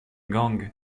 gang